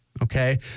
Okay